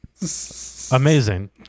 Amazing